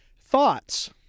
thoughts